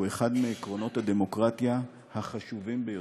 שהוא אחד מעקרונות הדמוקרטיה החשובים ביותר.